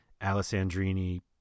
Alessandrini